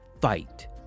fight